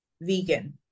vegan